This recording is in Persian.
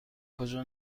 کجا